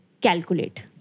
calculate